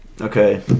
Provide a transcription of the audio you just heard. Okay